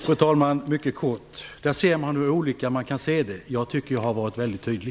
Fru talman! Där ser man hur olika vi kan se på detta. Jag tycker att jag har varit väldigt tydlig.